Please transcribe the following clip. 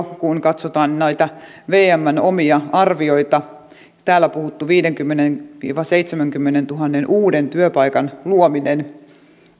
kun katsotaan noita vmn omia arvioita täällä puhuttu viidenkymmenen viiva seitsemänkymmenentuhannen uuden työpaikan luominen